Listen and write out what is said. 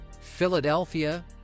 Philadelphia